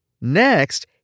Next